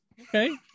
Okay